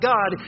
God